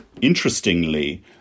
interestingly